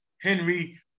Henry